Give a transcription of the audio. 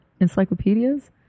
encyclopedias